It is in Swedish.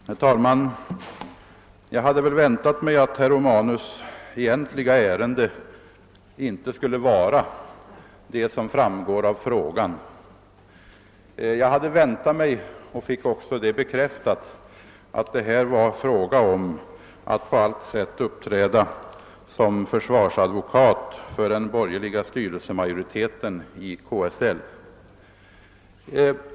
Herr talman! Jag hade väl väntat mig att herr Romanus” egentliga ärende inte skulle vara det som framgår av frågan. Jag hade väntat mig och fick det också bekräftat, att det här var fråga om att på alla sätt uppträda som försvarsadvokat för den borgerliga styrelsemajoriteten i KSL.